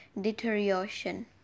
deterioration